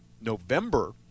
November